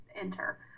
enter